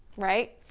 right?